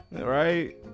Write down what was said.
Right